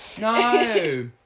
No